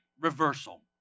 reversal